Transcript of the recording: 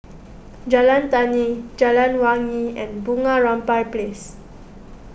Jalan Tani Jalan Wangi and Bunga Rampai Place